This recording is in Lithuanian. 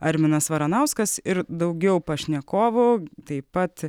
arminas varanauskas ir daugiau pašnekovų taip pat